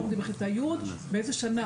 באיזה שנה?